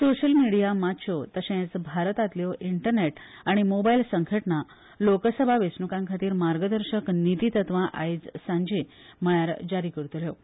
social media माच्यो तशेच भारतातल्यो इंटरनेट आनी मोबायल संघटना लोकसभा वेचणूकांखातीर मार्गदर्शक नितीतत्वा आयज सांजे म्हणल्यार जारी करतल्यो